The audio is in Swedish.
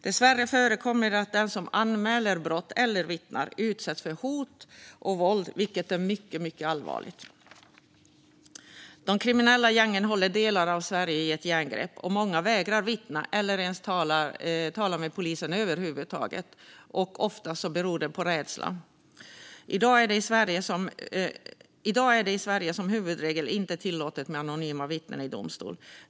Dessvärre förekommer det att den som anmäler brott eller vittnar utsätts för hot och våld, vilket är mycket allvarligt. De kriminella gängen håller delar av Sverige i ett järngrepp, och många vägrar vittna eller ens tala med polisen över huvud taget. Ofta beror det på rädsla. I dag är det i Sverige som huvudregel inte tillåtet med anonyma vittnen i domstol.